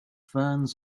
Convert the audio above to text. ferns